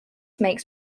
makes